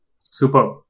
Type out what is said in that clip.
Super